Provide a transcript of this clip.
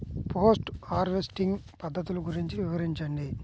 Post harvesting పద్ధతులు గురించి వివరించండి?